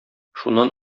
шуннан